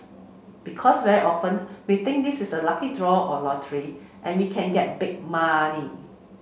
because very often we think this is a lucky draw or lottery and we can get big money